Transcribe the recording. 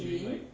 keane